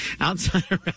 Outside